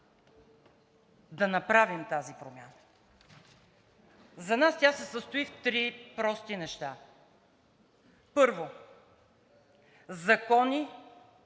да направим тази промяна. За нас тя се състои в три прости неща. Първо, закони,